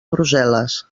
brussel·les